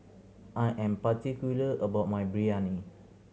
I am particular about my Biryani